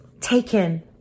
taken